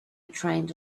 trained